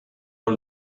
all